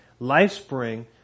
Lifespring